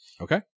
Okay